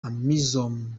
amisom